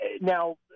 now